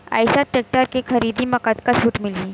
Eicher tractor के खरीदी म कतका छूट मिलही?